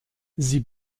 sie